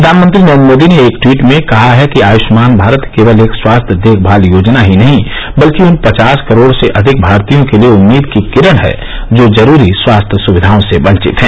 प्रधानमंत्री नरेन्द्र मोदी ने एक ट्वीट में कहा है कि आयुष्मान भारत केवल एक स्वास्थ्य देखभाल योजना ही नहीं है बल्क यह उन पचास करोड़ से अधिक भारतीयों के लिए उम्मीद की किरण है जो जरूरी स्वास्थ्य सुविधाओं से वंचित हैं